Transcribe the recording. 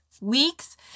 weeks